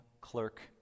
Clerk